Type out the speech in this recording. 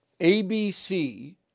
ABC